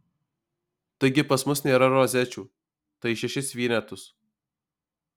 taigi pas mus nėra rozečių tai šešis vienetus